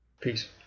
Peace